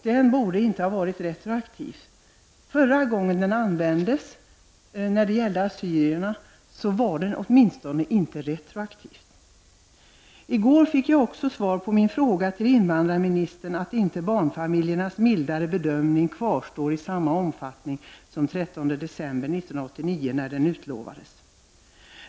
Den borde inte ha varit retroaktiv. Förra gången den användes — det gällde asyrierna — var den åtminstone inte retroaktiv. I går fick jag också svar på min fråga till invandrarministern om att den mildare bedömningen av barnfamiljerna inte kvarstår i samma omfattning som när den utlovades den 13 december 1989.